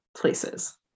places